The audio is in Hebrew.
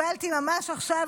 ממש עכשיו,